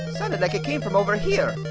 sounded like it came from over here.